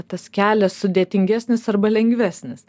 tas kelias sudėtingesnis arba lengvesnis